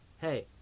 hey